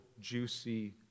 juicy